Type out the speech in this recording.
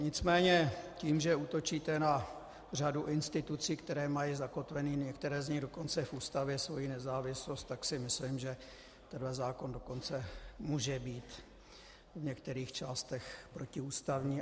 Nicméně tím, že útočíte na řadu institucí, které mají zakotveny, některé z nich dokonce v Ústavě, svoji nezávislost, tak si myslím, že tento zákon dokonce může být v některých částech protiústavní.